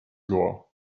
floor